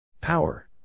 Power